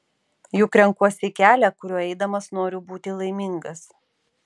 juk renkuosi kelią kuriuo eidamas noriu būti laimingas